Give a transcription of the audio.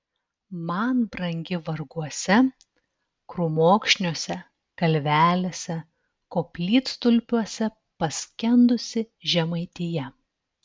man brangi varguose krūmokšniuose kalvelėse koplytstulpiuose paskendusi žemaitija